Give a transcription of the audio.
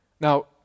Now